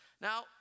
Now